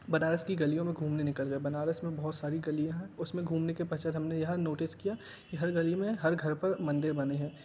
बनारस की गलियों में घूमने निकल गए बनारस में बहुत सारी गालियां है उसमें घूमने के पश्चात हमने यह नोटिस किया कि हर गली में हर घर पर मंदिर बने हैं